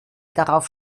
darauf